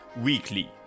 weekly